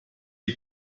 die